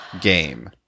game